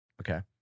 Okay